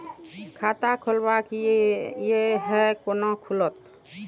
खाता खोलवाक यै है कोना खुलत?